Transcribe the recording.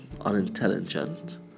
unintelligent